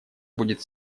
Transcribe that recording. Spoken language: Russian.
будет